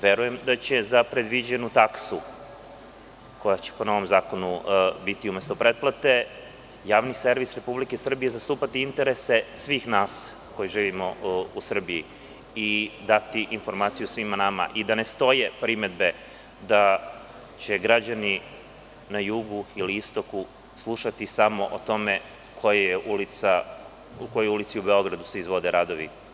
Verujem da će za predviđenu taksu, koja će po novom zakonu biti umesto pretplate, Javni servis Republike Srbije zastupati interese svih nas koji živimo u Srbiji i dati informacije svima nama i da ne stoje primedbe da će građani na jugu ili istoku slušati samo o tome u kojoj ulici u Beogradu se izvode radovi.